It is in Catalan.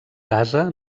casa